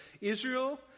Israel